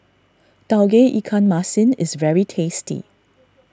Tauge Ikan Masin is very tasty